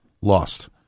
lost